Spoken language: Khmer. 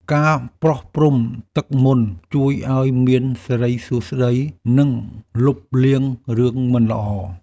ការប្រោះព្រំទឹកមន្ត ជួយឱ្យមានសិរីសួស្តី និងលុបលាងរឿងមិនល្អ។